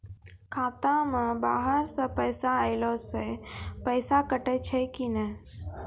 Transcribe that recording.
खाता मे बाहर से पैसा ऐलो से पैसा कटै छै कि नै?